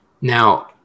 Now